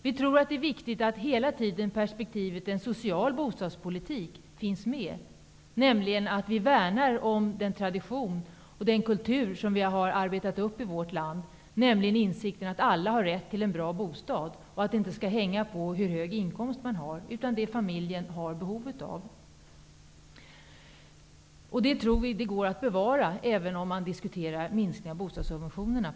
Vi tror att det är viktigt att en social bostadspolitik hela tiden finns med för att värna om den tradition och den kultur som vi har arbetat fram i vårt land, nämligen insikten om att alla har rätt till en bra bostad. Det skall inte hänga på hur hög inkomsten är, utan på familjens behov. Vi tror att den sociala bostadspolitiken går att bevara, även om man diskuterar att på sikt minska bostadssubventionerna.